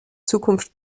zukunft